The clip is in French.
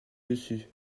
dessus